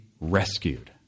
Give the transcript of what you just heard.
rescued